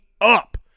up